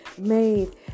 made